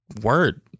word